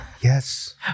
yes